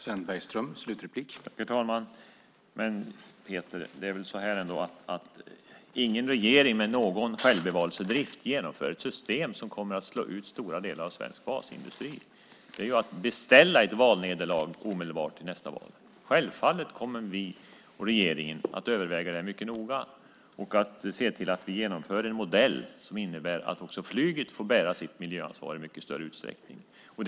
Herr talman! Men, Peter, det är väl ändå så att ingen regering med någon självbevarelsedrift genomför ett system som innebär att stora delar av svensk basindustri kommer att slås ut. Det är ju att omedelbart beställa ett nederlag i nästa val. Självfallet kommer vi och regeringen att mycket noga överväga detta och att se till att en modell genomförs som innebär att också flyget i mycket större utsträckning får bära sitt miljöansvar.